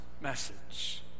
message